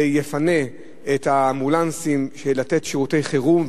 זה יפנה את האמבולנסים לתת שירותי חירום,